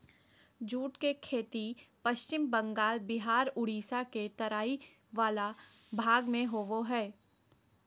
jute के खेती पश्चिम बंगाल बिहार उड़ीसा के तराई वला भाग में होबो हइ